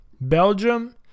Belgium